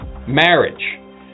marriage